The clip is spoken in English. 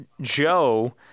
joe